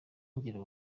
ngira